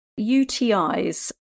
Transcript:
UTIs